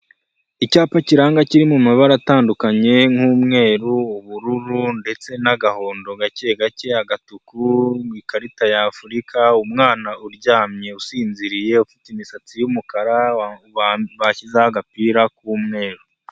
Icyapa kiranga kiri mu mabara atandukanye nk'umweru, ubururu ndetse n'agahondo gake gake, agatuku mu ikarita ya Afurika umwana uryamye usinziriye, ufite imisatsi y'umukara bashyizeho agapira k'umweru.